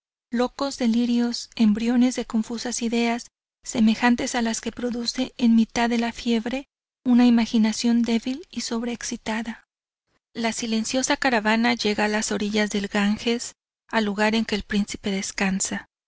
locos delirios embriones de confusas ideas semejantes a las que produce en mitad de la fiebre una imaginación débil y sobreexcitada la silenciosa caravana llega a las orillas del ganges y al lugar en que el príncipe descansa